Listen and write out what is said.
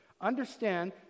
understand